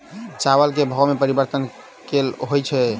चावल केँ भाव मे परिवर्तन केल होइ छै?